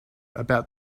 about